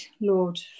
Lord